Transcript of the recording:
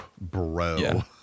Bro